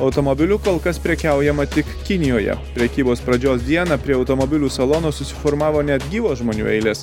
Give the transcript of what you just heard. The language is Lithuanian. automobiliu kol kas prekiaujama tik kinijoje prekybos pradžios dieną prie automobilių salonų susiformavo net gyvos žmonių eilės